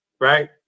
Right